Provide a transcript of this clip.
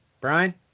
Brian